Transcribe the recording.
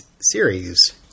series